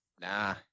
Nah